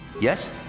Yes